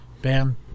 Bam